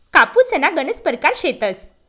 कापूसना गनज परकार शेतस